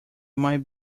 might